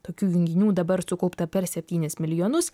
tokių junginių dabar sukaupta per septynis milijonus